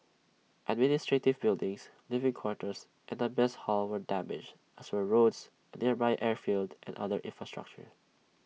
administrative buildings living quarters and A mess hall were damaged as were roads A nearby airfield and other infrastructure